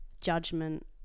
judgment